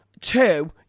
Two